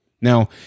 Now